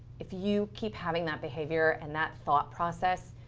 if you keep having that behavior and that thought process,